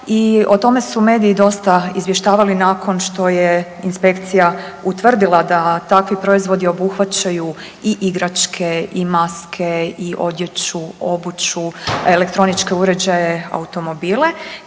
i o tome su mediji dosta izvještavali nakon što je inspekcija utvrdila da takvi proizvodi obuhvaćaju i igračke i maske i odjeću, obuću, elektroničke uređaje, automobile